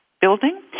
building